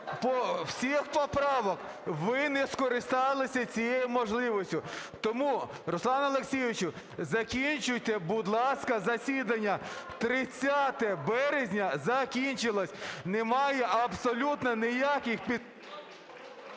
всіх поправок. Ви не скористалися цією можливістю. Тому, Руслане Олексійовичу, закінчуйте, будь ласка, засідання. 30 березня закінчилося. Немає абсолютно ніяких підстав…